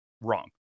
wrong